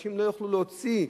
אנשים לא יוכלו להוציא,